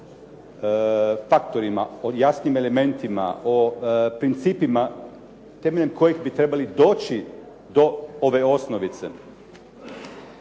faktorima, o jasnim elementima, o principima temeljem kojih bi trebali doći do ove osnovice.